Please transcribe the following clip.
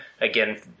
again